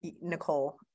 nicole